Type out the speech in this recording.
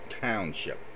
Township